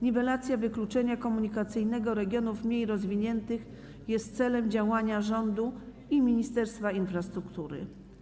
Niwelacja wykluczenia komunikacyjnego regionów mniej rozwiniętych jest celem działania rządu i Ministerstwa Infrastruktury.